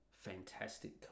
Fantastic